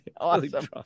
Awesome